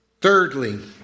Thirdly